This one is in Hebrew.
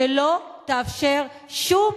שלא תאפשר שום,